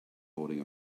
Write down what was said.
holding